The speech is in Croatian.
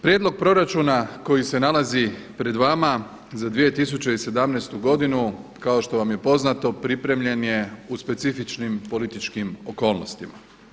Prijedlog proračuna koji se nalazi pred vama za 2017. godinu kao što vam je poznato pripremljen je u specifičnim političkim okolnostima.